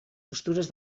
pastures